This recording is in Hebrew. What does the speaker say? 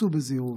סעו בזהירות,